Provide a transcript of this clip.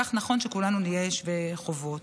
כך נכון שכולנו נהיה שווי חובות.